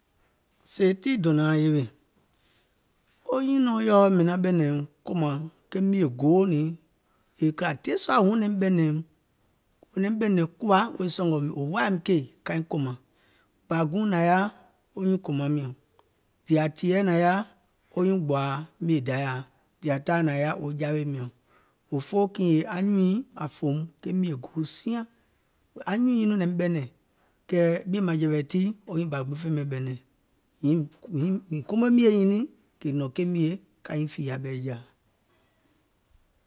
Sèè tii dònȧȧŋ yèwè, wo nyùnɔ̀ɔŋ yèɔ mìŋ naŋ ɓɛ̀nɛ̀ŋ kòmàŋ ke mìè goiŋ niìŋ kìlà dièsua wò naim ɓɛ̀nɛ̀ŋ kuwa wèè sɔ̀ngɔ̀ wò woȧìm keì kaiŋ kòmȧŋ, bȧ guùŋ nȧŋ yaȧ wo nyùuŋ kòmaŋ miɔ̀ŋ, dìȧ tìyèɛ nȧŋ yaȧ wo nyuùŋ gbòà mìè Dayàa wo dìȧ taaȧ nȧŋ yaȧ wo jawè miɔ̀ŋ, òfoo kiìŋ yèe, anyùùŋ nyiiŋ ȧŋ fòùm ke mìè gòo siaŋ. Anyùùŋ nyiiŋ nɔŋ naim ɓɛnɛ̀ŋ, kɛɛ e ɓìèmàŋjɛ̀wɛ̀ tii wo nyùùŋ bȧ gbiŋ fè ɓɛìŋ ɓɛnɛ̀ŋ, hiŋ mìŋ komo miè nyiŋ nɛɛ̀ŋ kè nɔ̀ŋ ke mìè ka nyiŋ kìɛ̀ŋ ɓɛ̀ɛ̀jȧa.